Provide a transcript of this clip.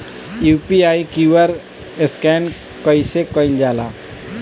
UPI QR scan कइसे कईल जा ला?